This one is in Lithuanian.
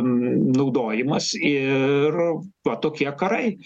naudojimas ir va tokie karai